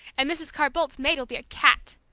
and mrs. carr-boldt's maid will be a cat!